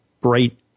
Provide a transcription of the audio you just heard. bright